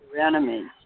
enemies